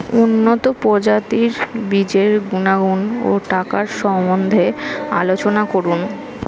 উন্নত প্রজাতির বীজের গুণাগুণ ও টাকার সম্বন্ধে আলোচনা করুন